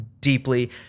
deeply